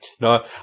No